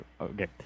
Okay